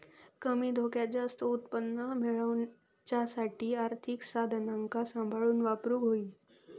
कमी धोक्यात जास्त उत्पन्न मेळवच्यासाठी आर्थिक साधनांका सांभाळून वापरूक होई